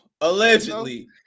allegedly